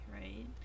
right